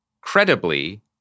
credibly